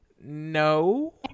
No